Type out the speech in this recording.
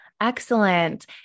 Excellent